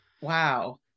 Wow